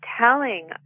telling